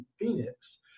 Phoenix